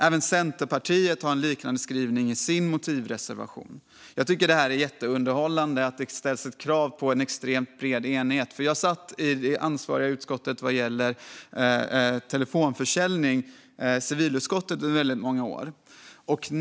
Även Centerpartiet har en liknande skrivning i sin motivreservation. Jag tycker att det är jätteunderhållande att det ställs ett krav på en extremt bred enighet. Jag satt i det ansvariga utskottet för telefonförsäljning, civilutskottet, under väldigt många år.